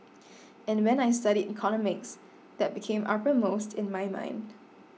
and when I studied economics that became uppermost in my mind